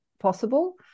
Possible